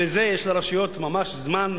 לזה יש לרשויות ממש זמן,